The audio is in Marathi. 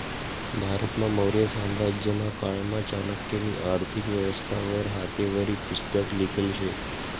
भारतमा मौर्य साम्राज्यना कायमा चाणक्यनी आर्थिक व्यवस्था वर हातेवरी पुस्तक लिखेल शे